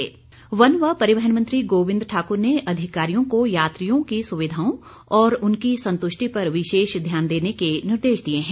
गोविन्द ठाक्र वन व परिवहन मंत्री गोविन्द ठाकुर ने अधिकारियों को यात्रियों की सुविधाओं और उनकी संतुष्टि पर विशेष ध्यान देने के निर्देश दिए हैं